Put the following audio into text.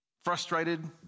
frustrated